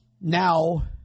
now